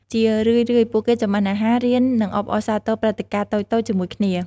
ជារឿយៗ ពួកគេចម្អិនអាហារ រៀន និងអបអរសាទរព្រឹត្តិការណ៍តូចៗជាមួយគ្នា។